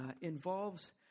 involves